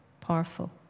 Powerful